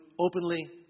openly